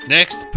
Next